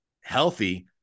healthy